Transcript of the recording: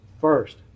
First